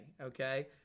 okay